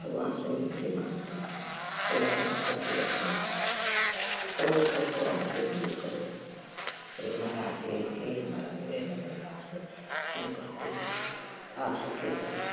भगवान से विनती माँगती हूँ हे भगवान सुखी रखो कौनो कष्ट वो हो के दूर करो हे महाराज हे ए महाराज निवेदन है आपसे मैं करती हूँ आप सुखी करो